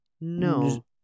No